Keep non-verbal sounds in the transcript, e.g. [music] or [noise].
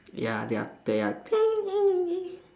ya they are they are [noise]